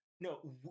No